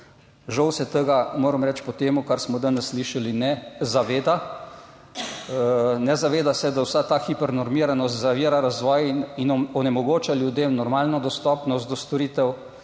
Žal se tega, moram reči, po tem, kar smo danes slišali, ne zaveda. Ne zaveda se, da vsa ta hipernormiranost zavira razvoj in onemogoča ljudem normalno dostopnost do storitev.